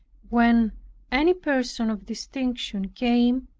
when any person of distinction came,